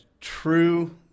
true